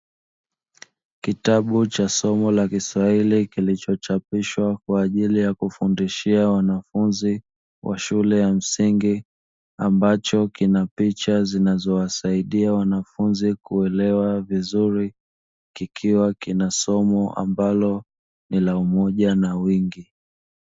Kitabu cha somo la kiswahili kilichochapishwa kwa kufundishia wanafunzi wa shule ya msingi ambacho kina picha zinazowasaidia wanafunzi kuelewa vizuri; kikiwa kina somo ambalo ni la umoja na wingi.